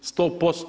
100%